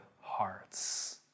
hearts